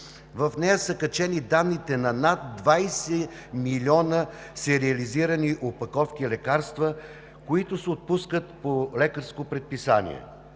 В нея са качени данните на над 20 милиона сериализирани опаковки лекарства, които се отпускат по лекарско предписание.